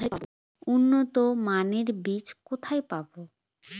উন্নতমানের বীজ কোথায় পাব?